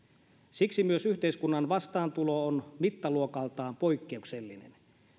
siksi myös yhteiskunnan vastaantulo on mittaluokaltaan poikkeuksellinen